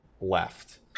left